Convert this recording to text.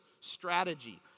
strategy